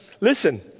listen